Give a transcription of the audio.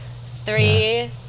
three